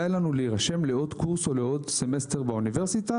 לנו להירשם לעוד קורס או לעוד סמסטר באוניברסיטה,